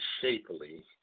Shapely